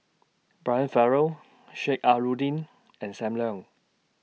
Brian Farrell Sheik Alau'ddin and SAM Leong